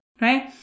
right